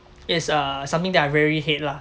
it's uh something that I really hate lah